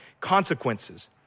consequences